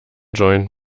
joint